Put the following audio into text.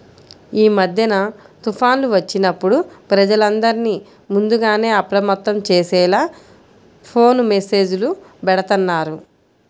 యీ మద్దెన తుఫాన్లు వచ్చినప్పుడు ప్రజలందర్నీ ముందుగానే అప్రమత్తం చేసేలా ఫోను మెస్సేజులు బెడతన్నారు